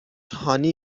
هانی